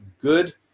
good